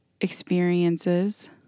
experiences